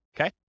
okay